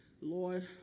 Lord